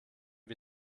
wir